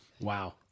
Wow